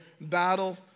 battle